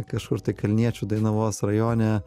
kažkur tai kalniečių dainavos rajone